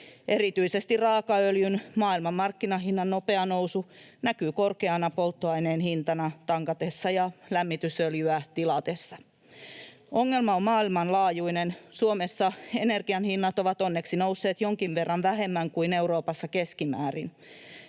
Erityisesti raakaöljyn maailmanmarkkinahinnan nopea nousu näkyy korkeana polttoaineen hintana tankatessa ja lämmitysöljyä tilatessa. Ongelma on maailmanlaajuinen. Suomessa energianhinnat ovat onneksi nousseet jonkin verran vähemmän kuin Euroopassa keskimäärin.